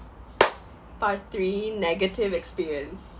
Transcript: part three negative experience